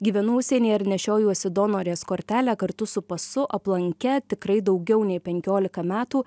gyvenu užsienyje ir nešiojuosi donorės kortelę kartu su pasu aplanke tikrai daugiau nei penkiolika metų